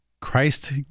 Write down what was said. Christ